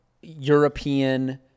European